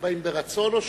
הם באים ברצון או,